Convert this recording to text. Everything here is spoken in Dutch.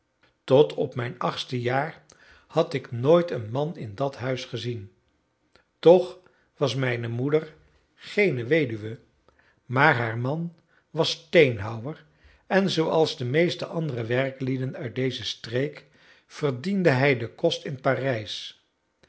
tot op mijn achtste jaar had ik nooit een man in dat huis gezien toch was mijne moeder geen weduwe maar haar man was steenhouwer en zooals de meeste andere werklieden uit deze streek verdiende hij den kost in parijs